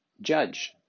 judge